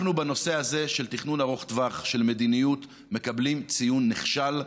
בנושא הזה של תכנון ארוך טווח של מדיניות אנחנו מקבלים ציון נכשל,